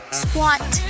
squat